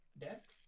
desk